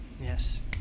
Yes